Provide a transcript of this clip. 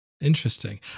Interesting